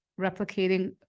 replicating